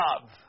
Love